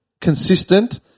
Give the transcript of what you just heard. consistent